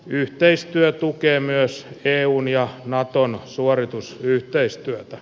yhteistyö tukee myös eun ja naton suoritusyhteistyötä